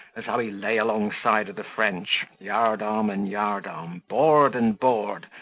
as how he lay alongside of the french, yard-arm and yard-arm, board and board,